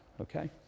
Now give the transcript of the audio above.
okay